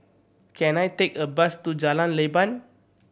can I take a bus to Jalan Leban